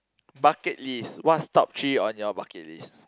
bucket list what is top three on your bucket list